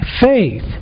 faith